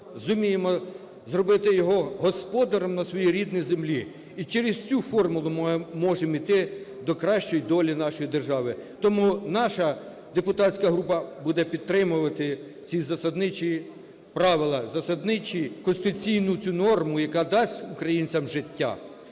зуміємо зробити його господарем на своїй рідній землі, і через цю формулу можемо іти до кращої долі нашої держави. Тому наша депутатська група буде підтримувати ці засадничі правила, засадничі... конституційну цю норму, яка дасть українцям життя.